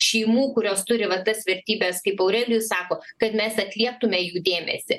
šeimų kurios turi va tas vertybes kaip aurelijus sako kad mes atlieptume į jų dėmesį